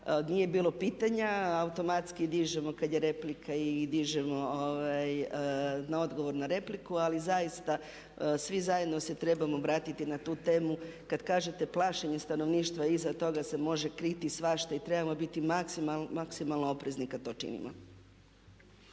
nije bilo pitanje, automatski dižemo kada je replika, dižemo na odgovor na repliku. Ali zaista svi zajedno se trebamo obratiti na tu temu kada kažete plašenje stanovništva iza toga se može kriti svašta i trebamo biti maksimalno oprezni kada to činimo.